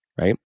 right